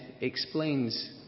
explains